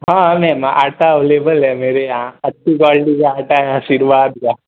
हाँ हाँ ma'am ma'am आटा अवलेबल है मेरे यहाँ अच्छी क्वालटी का आटा है आशीर्वाद का